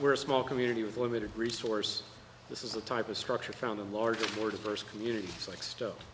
ere a small community with a limited resource this is the type of structure found in large or diverse communities like stuff